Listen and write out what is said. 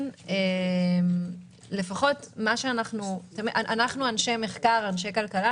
אנחנו אנשי מחקר וכלכלה,